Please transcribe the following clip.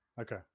okay